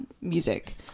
music